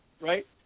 right